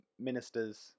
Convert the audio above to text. ministers